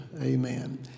amen